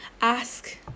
ask